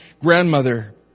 grandmother